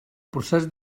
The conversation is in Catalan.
procés